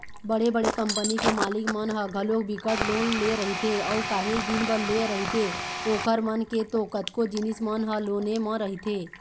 बड़े बड़े कंपनी के मालिक मन ह घलोक बिकट लोन ले रहिथे अऊ काहेच दिन बर लेय रहिथे ओखर मन के तो कतको जिनिस मन ह लोने म रहिथे